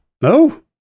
No